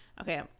Okay